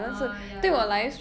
orh ya